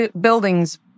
buildings